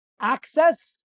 Access